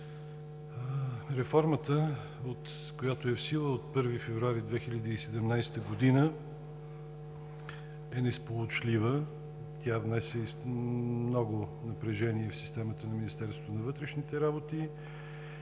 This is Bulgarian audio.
Реформата, която е в сила от 1 февруари 2017 г., е несполучлива. Тя внесе много напрежение в системата на Министерството на вътрешните работи